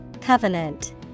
covenant